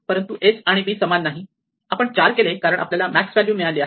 परंतु s आणि b समान नाही आपण 4 केले कारण आपल्याला मॅक्स व्हॅल्यू मिळाली आहे